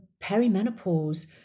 perimenopause